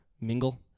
Mingle